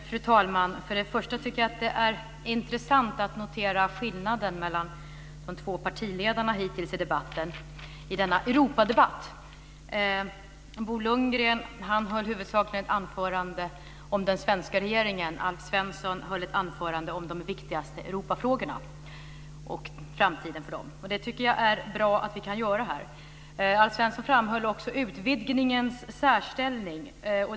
Fru talman! För det första tycker jag att det är intressant att notera skillnaden mellan de två partiledarna hittills i denna Europadebatt. Bo Lundgren höll huvudsakligen ett anförande om den svenska regeringen. Alf Svensson höll ett anförande om de viktigaste Europafrågorna och framtiden för dem. Det tycker jag är bra att vi kan göra här. Alf Svensson framhöll också utvidgningens särställning.